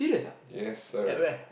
yes sir